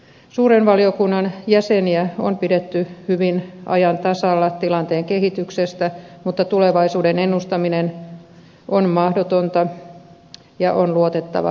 suuren valiokunnan jäseniä on pidetty hyvin ajan tasalla tilanteen kehityksestä mutta tulevaisuuden ennustaminen on mahdotonta ja on luotettava asiantuntijoihin